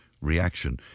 reaction